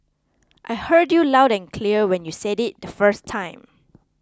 I heard you loud and clear when you said it the first time